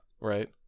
Right